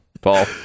Paul